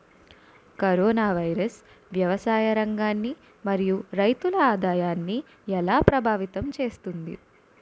Corona virus వ్యవసాయ రంగాన్ని మరియు రైతుల ఆదాయాన్ని ఎలా ప్రభావితం చేస్తుంది?